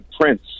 Prince